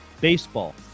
baseball